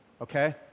okay